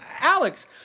Alex